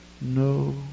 no